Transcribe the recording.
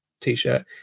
t-shirt